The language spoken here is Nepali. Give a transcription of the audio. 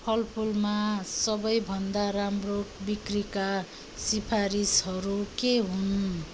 फलफुलमा सबै भन्दा राम्रो बिक्रीका सिफारिसहरू के हुन्